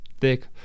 thick